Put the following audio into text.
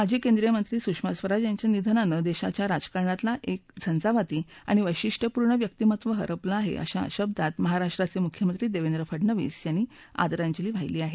माजी केंद्रीय मंत्री सुषमा स्वराज यांच्या निधनाने देशाच्या राजकारणातील एक झंझावाती आणि वैशिट्यपूर्ण व्यक्तिमत्व हरपले आहे असं महाराष्ट्राचे मुख्यमंत्री देवेंद्र फडणवीस यांनी म्हटलं आहे